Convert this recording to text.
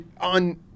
on